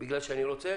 בגלל שאני רוצה,